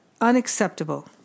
Unacceptable